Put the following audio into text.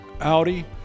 Audi